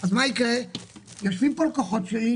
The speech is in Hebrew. אני מדבר על הלקוחות שלי.